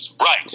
Right